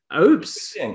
oops